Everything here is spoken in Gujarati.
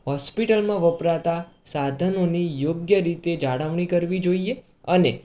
હોસ્પિટલમાં વપરાતા સાધનોની યોગ્ય રીતે જાળવણી કરવી જોઈએ અને